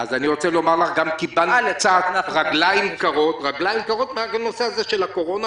אז אני רוצה להגיד לך שקיבלנו קצת רגליים קרות מהנושא של הקורונה